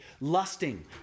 lusting